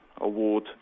award